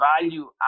value